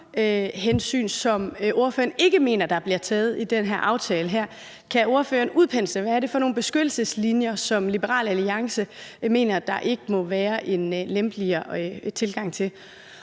naturhensyn, som ordføreren ikke mener der bliver taget i den her aftale. Kan ordføreren udpensle, hvad det er for nogle beskyttelseslinjer, som Liberal Alliance mener der ikke må være en lempeligere tilgang til?